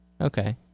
Okay